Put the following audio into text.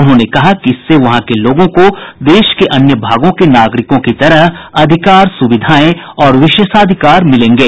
उन्होंने कहा कि इससे वहां के लोगों को देश के अन्य भागों के नागरिकों की तरह अधिकार सुविधाएं और विशेषाधिकार मिलेंगे